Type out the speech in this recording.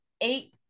eight